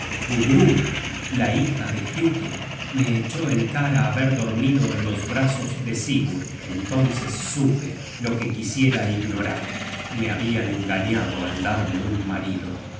book search generated at ke me echó en cara haber dormido en los brazos de sigurd entonces supe lo que quisiera ignorar me habian engañado al darme un marido